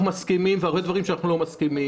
מסכימים עליהם והרבה דברים שאנחנו לא מסכימים